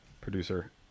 producer